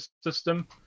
system